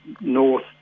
north